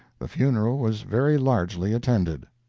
the funeral was very largely attended.